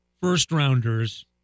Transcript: first-rounders